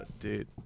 dude